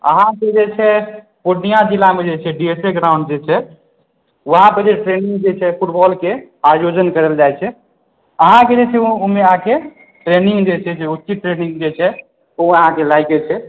अहाँ के जे छै पुर्णियां जिला मे जे छै बी एस ए ग्राउंड जे छै वहाँ पर ट्रेनिंग जे छै फुटबॉल के आयोजन करल जाइ छै अहाँ के जे छै ओहिमे अहाँ के ट्रेनिंग जे छै से ट्रेनिंग अहाँ के लागि जेतै